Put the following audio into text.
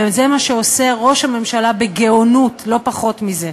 וזה מה שעושה ראש הממשלה בגאונות, לא פחות מזה.